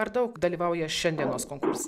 ar daug dalyvauja šiandienos konkurse